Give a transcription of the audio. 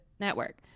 Network